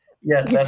yes